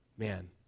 Man